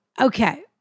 Okay